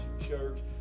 Church